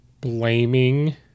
blaming